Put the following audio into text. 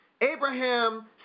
Abraham